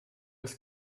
ist